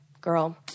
girl